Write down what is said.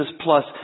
plus